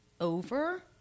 over